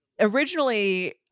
Originally